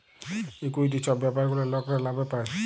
equity ছব ব্যাপার গুলা লকরা লাভে পায়